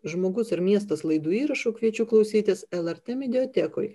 žmogus ir miestas laidų įrašų kviečiu klausytis lrt mediatekoje